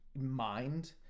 mind